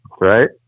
Right